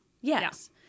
Yes